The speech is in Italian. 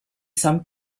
san